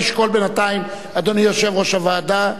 תשקול בינתיים, אדוני יושב-ראש הוועדה,